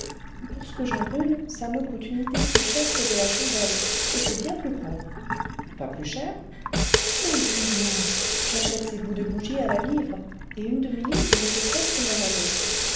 pour ce que j'en brûle ça me coûte une idée plus cher que de la chandelle et c'est bien plus propre pas plus cher mon dieu non j'achète ces bouts de bougie à la livre et une demi-livre me fait presque mon année